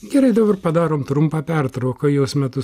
gerai dabar padarom trumpą pertrauką jos metu